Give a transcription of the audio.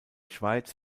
schweiz